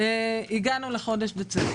הגענו לדצמבר.